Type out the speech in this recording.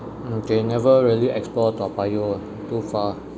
mm okay never really explore Toa Payoh lah too far